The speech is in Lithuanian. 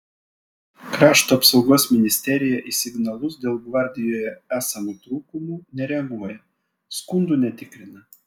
krašto apsaugos ministerija į signalus dėl gvardijoje esamų trūkumų nereaguoja skundų netikrina